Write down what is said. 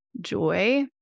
joy